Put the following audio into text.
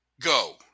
Go